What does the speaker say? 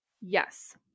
yes